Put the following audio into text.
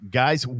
guys